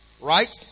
Right